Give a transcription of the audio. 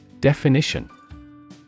Definition